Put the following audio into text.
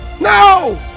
No